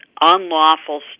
unlawful